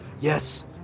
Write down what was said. yes